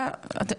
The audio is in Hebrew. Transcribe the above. יש כפתור,